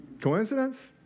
Coincidence